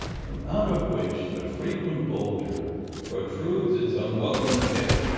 from out of which the frequent bowlder protrudes its unwelcome head,